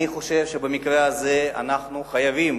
אני חושב שבמקרה הזה אנחנו חייבים,